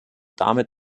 damit